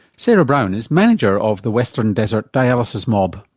sarah brown is manager of the western desert dialysis mob.